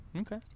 okay